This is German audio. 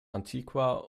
antigua